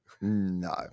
No